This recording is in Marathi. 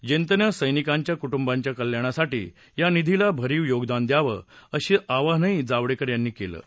जनतेनं सैनिकांच्या कुटुंबांच्या कल्याणासाठी या निधीला भरीव योगदान द्यावं अशी विनंतीही जावडेकर यांनी केली आहे